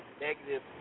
negative